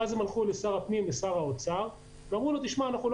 ואז הם הלכו לשר הפנים ושר האוצר ואמרו לו שהם לא